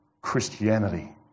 Christianity